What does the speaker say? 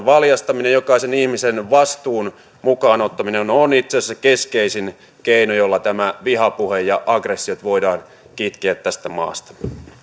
valjastaminen jokaisen ihmisen vastuun mukaan ottaminen on on itse asiassa keskeisin keino jolla tämä vihapuhe ja aggressiot voidaan kitkeä tästä maasta